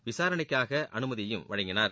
விசாரணைக்கான அனுமதியை வழங்கினார்